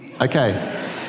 Okay